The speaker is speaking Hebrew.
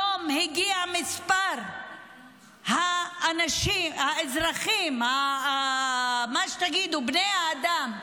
מספר האנשים, האזרחים, מה שתגידו, בני האדם,